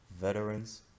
veterans